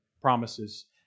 promises